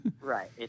right